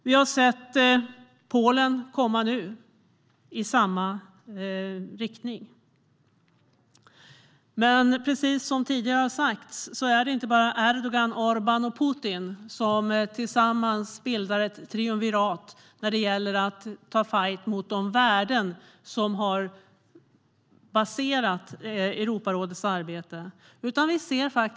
Vi har nu sett Polen gå i samma riktning. Men precis som tidigare har sagts är det inte bara Erdogan, Orbán och Putin som tillsammans bildar ett triumvirat när det gäller att ta en fajt mot de värden som Europarådets arbete har baserats på.